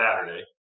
Saturday